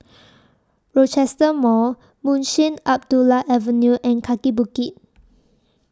Rochester Mall Munshi Abdullah Avenue and Kaki Bukit